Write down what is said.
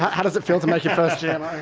how does it feel to make your first gmo?